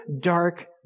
dark